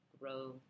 grow